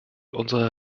unsere